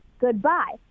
goodbye